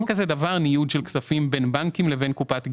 לא קיים ניוד של כספים בין בנקים לבין קופת גמל.